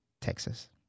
Texas